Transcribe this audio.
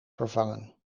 vervangen